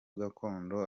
gakondo